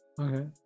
Okay